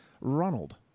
Ronald